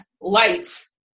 lights